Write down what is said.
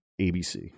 ABC